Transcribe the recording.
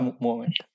moment